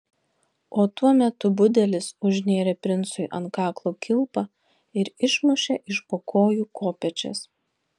o tuo metu budelis užnėrė princui ant kaklo kilpą ir išmušė iš po kojų kopėčias